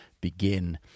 begin